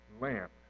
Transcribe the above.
lamp